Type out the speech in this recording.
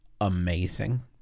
amazing